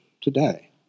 today